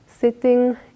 sitting